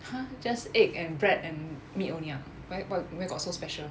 !huh! just egg and bread and meat only ah where what where got so special